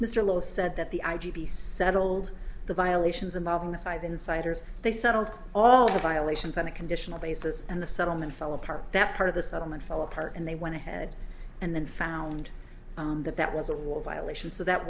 mr lowe said that the i g p settled the violations involving the five insiders they settled all the violations on a conditional basis and the settlement fell apart that part of the settlement fell apart and they went ahead and then found that that was a war violation so that